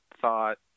thought